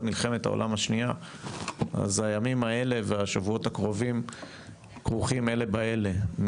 מלחמת העולם השנייה אז הימים האלה והשבועות הקרובים כרוכים אלה באלה,